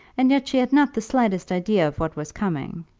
and yet she had not the slightest idea of what was coming.